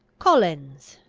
collins!